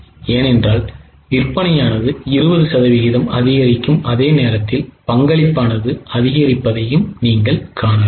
ஏனென்றால் விற்பனையானது 20 சதவீதம் அதிகரிக்கும் அதே நேரத்தில் பங்களிப்பானது அதிகரிப்பதையும் நீங்கள் காணலாம்